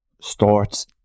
starts